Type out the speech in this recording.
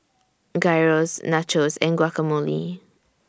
Gyros Nachos and Guacamole